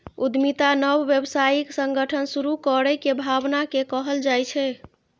उद्यमिता नव व्यावसायिक संगठन शुरू करै के भावना कें कहल जाइ छै